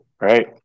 Right